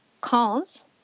calls